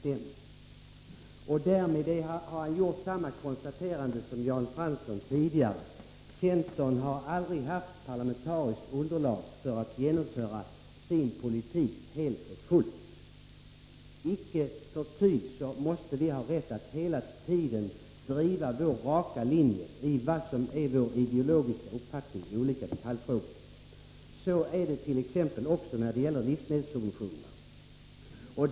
Därmed har han hamnat i samma läge som Jan Fransson tidigare. Centern har aldrig haft parlamentariskt underlag för att helt och fullt genomföra sin politik. Icke förty måste vi ha rätt att hela tiden driva vår raka linje när det gäller vår ideologiska uppfattning i olika detaljfrågor. Detta gällert.ex. livsmedelssubventionerna.